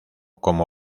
como